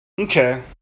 Okay